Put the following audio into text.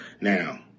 Now